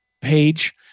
page